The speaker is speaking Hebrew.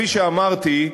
כפי שאמרתי,